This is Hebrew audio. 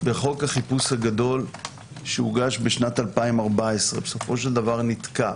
בחוק החיפוש הגדול שהוגש בשנת 2014. בסופו של דבר הוא נתקע,